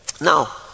Now